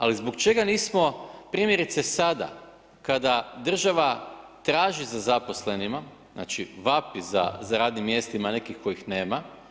Ali zbog čega nismo primjerice sada kada država traži za zaposlenima, znači vapi za radnim mjestima nekih kojih nema.